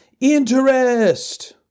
Interest